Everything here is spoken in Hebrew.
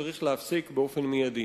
צריך להפסיק מייד.